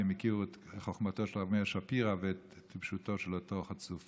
כי הם הכירו את חוכמתו של הרב מאיר שפירא ואת טיפשותו של אותו חצוף.